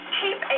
keep